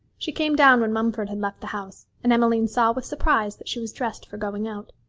she came down when mumford had left the house, and emmeline saw with surprise that she was dressed for going out.